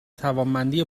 توانمندی